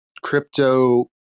crypto